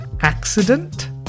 accident